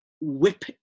whip